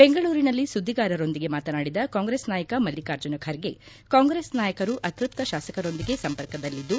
ಬೆಂಗಳೂರಿನಲ್ಲಿ ಸುದ್ವಿಗಾರರೊಂದಿಗೆ ಮಾತನಾಡಿದ ಕಾಂಗ್ರೆಸ್ ನಾಯಕ ಮಲ್ಲಿಕಾರ್ಜುನ ಖರ್ಗೆ ಕಾಂಗ್ರೆಸ್ ನಾಯಕರು ಅತೃಪ್ತ ಶಾಸಕರೊಂದಿಗೆ ಸಂಪರ್ಕದಲ್ಲಿದ್ದು